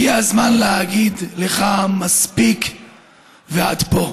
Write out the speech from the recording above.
הגיע הזמן להגיד לך מספיק ועד פה,